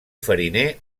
fariner